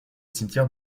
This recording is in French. cimetière